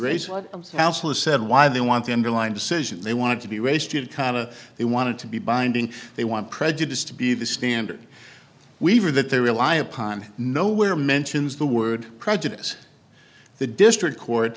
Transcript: raise said why they want to underline decision they want to be wasted comma they want to be binding they want prejudice to be the standard wever that they rely upon nowhere mentions the word prejudice the district court